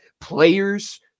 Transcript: players